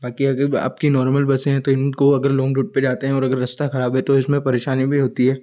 बाकी अगर नॉर्मल बसें हैं तो अगर लॉन्ग रूट पर जाते हैं और अगर रास्ता खराब है तो इनमे परेशानी भी होती है